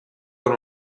con